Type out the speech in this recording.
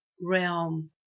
realm